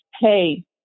hey